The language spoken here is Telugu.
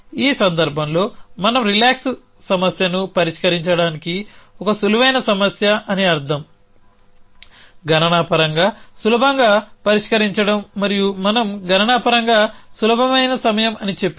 ఈ సందర్భంలో మనం రిలాక్స్ సమస్యను పరిష్కరించడానికి ఒక సులువైన సమస్య అని అర్థం గణనపరంగా సులభంగా పరిష్కరించడం మరియు మనం గణనపరంగా సులభమైన సమయం అని చెప్పినప్పుడు